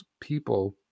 people